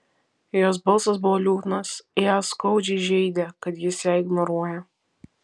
jos balsas buvo liūdnas ją skaudžiai žeidė kad jis ją ignoruoja